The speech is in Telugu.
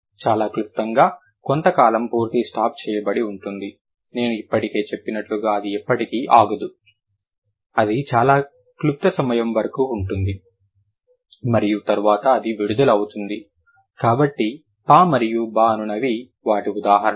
చాలా క్లుప్తంగా కొంతకాలం పూర్తి స్టాప్ చేయబడి ఉంటుంది నేను ఇప్పుడే చెప్పినట్లుగా అది ఎప్పటికీ ఆగదు అది చాలా క్లుప్త సమయం వరకు ఉంటుంది మరియు తర్వాత అది విడుదల అవుతుంది కాబట్టి ప మరియు బ అనునవి వాటి ఉదాహరణలు